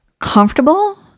Comfortable